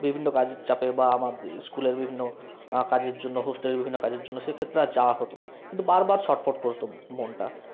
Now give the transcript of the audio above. বিভিন্ন কাজের চাপে বা আমার স্কুলের বিভিন্ন কাজের জন্য হস্টেলের বিভিন্ন কাজের জন্য সেক্ষেত্রে আর যাওয়া হতো না কিন্তু বারবার ছটফট করতো মনটা